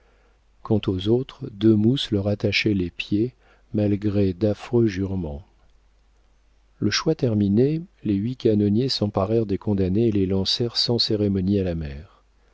quant aux autres deux mousses leur attachaient les pieds malgré d'affreux jurements le choix terminé les huit canonniers s'emparèrent des condamnés et les lancèrent sans cérémonie à la mer